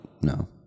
No